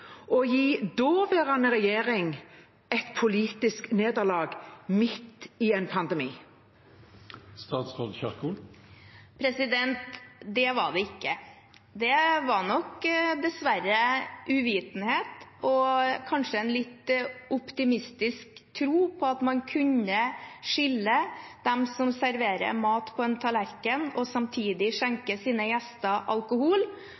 gi den daværende regjeringen et politisk nederlag, midt i en pandemi? Det var det ikke. Det var nok dessverre uvitenhet og kanskje en litt optimistisk tro på at man kunne skille dem som serverer mat på en tallerken og samtidig skjenker sine gjester alkohol, og dem som bare skjenker alkohol.